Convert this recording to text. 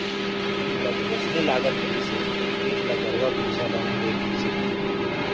मोला तो वोसने लगत रहिस हे तोर खेत ल गरुवा भइंसा रउंद दे तइसे